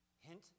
Hint